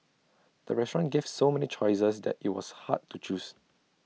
the restaurant gave so many choices that IT was hard to choose